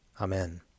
Amen